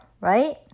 right